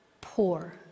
poor